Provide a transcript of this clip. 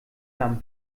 nahm